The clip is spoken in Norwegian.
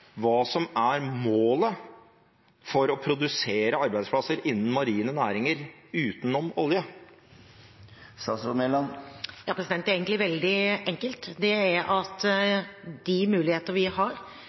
hva som er målet for å produsere arbeidsplasser innen marine næringer utenom olje? Det er egentlig veldig enkelt. Det er at